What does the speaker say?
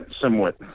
somewhat